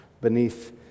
beneath